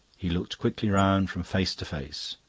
he looked quickly round from face to face.